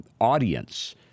audience